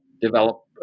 develop